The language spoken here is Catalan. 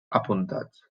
apuntats